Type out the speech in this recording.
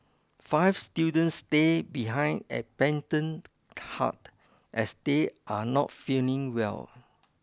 five students stay behind at Pendant Hut as they are not feeling well